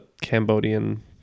Cambodian